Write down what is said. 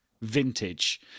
vintage